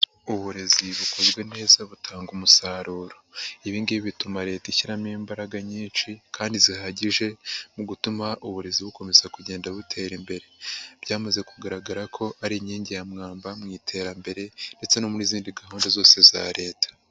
Uburezi bukozwe neza butanga umusaruro, ibi ngibi bituma Leta ishyiramo imbaraga nyinshi kandi zihagije mu gutuma uburezi bukomeza kugenda butera imbere,. Byamaze kugaragara ko ari inkingi ya mwamba mu iterambere ndetse no mu zindi gahunda zose za Leta.